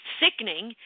sickening